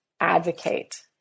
advocate